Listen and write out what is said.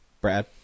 Brad